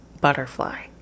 butterfly